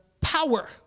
power